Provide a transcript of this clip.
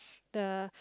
the